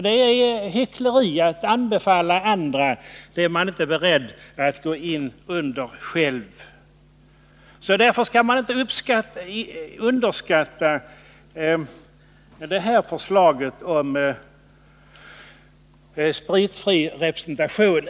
Det är hyckleri att anbefalla andra det man inte är beredd att gå in under själv. Därför skall man inte underskatta förslaget om spritfri representation.